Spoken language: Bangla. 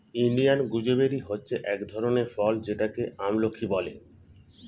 ইন্ডিয়ান গুজবেরি হচ্ছে এক ধরনের ফল যেটাকে আমলকি বলে